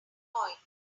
point